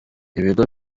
ibigo